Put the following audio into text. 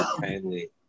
kindly